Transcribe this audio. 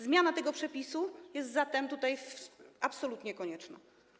Zmiana tego przepisu jest zatem absolutnie konieczna.